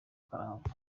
karahava